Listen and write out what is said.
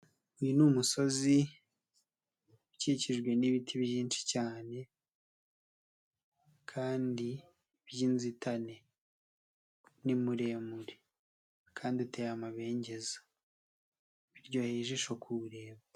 Uyu ni umusozi ukikijwe n'ibiti byinshi cyane kandi byinzitane ni muremure kandi uteye amabengeza biryoheye ijisho kuwureba.